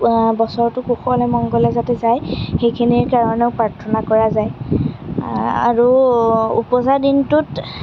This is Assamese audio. বছৰটো কুশলে মংগলে যাতে যায় সেইখিনিৰ কাৰণেও প্ৰাৰ্থনা কৰা যায় আৰু উপজা দিনটোত